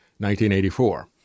1984